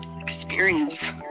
experience